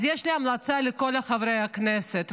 אז יש לי המלצה לכל חברי הכנסת,